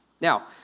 Now